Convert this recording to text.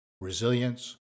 resilience